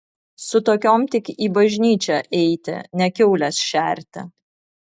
su tokiom tik į bažnyčią eiti ne kiaules šerti